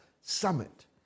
Summit